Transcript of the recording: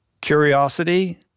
curiosity